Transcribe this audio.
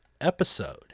episode